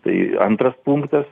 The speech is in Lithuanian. tai antras punktas